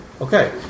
Okay